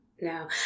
No